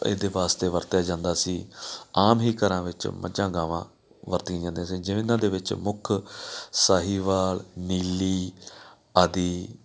ਇਹਦੇ ਵਾਸਤੇ ਵਰਤਿਆ ਜਾਂਦਾ ਸੀ ਆਮ ਹੀ ਘਰਾਂ ਵਿੱਚ ਮੱਝਾਂ ਗਾਵਾਂ ਵਰਤੀਆਂ ਜਾਂਦੀਆਂ ਸੀ ਜਿਵੇਂ ਇਹਨਾਂ ਦੇ ਵਿੱਚ ਮੁੱਖ ਸਾਹੀਵਾਲ ਨੀਲੀ ਆਦਿ